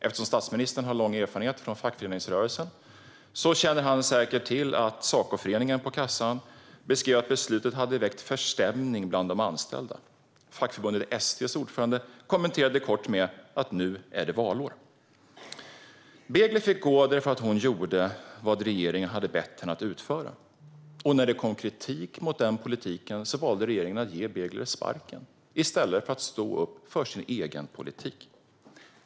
Eftersom statsministern har lång erfarenhet från fackföreningsrörelsen känner han säkert till att Sacoföreningen på kassan beskrev att beslutet hade växt förstämning bland de anställda. Fackförbundet ST:s ordförande kommenterade det kort med att det nu är valår. Begler fick gå därför att hon gjorde vad regeringen hade bett henne att utföra, och när det kom kritik mot den politiken valde regeringen att ge Begler sparken i stället för att stå upp för sin egen politik.